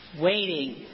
Waiting